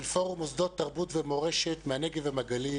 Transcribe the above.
פורום מוסדות תרבות ומורשת מהנגב ומהגליל.